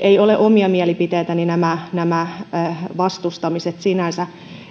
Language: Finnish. eivät ole omia mielipiteitäni nämä nämä vastustamiset sinänsä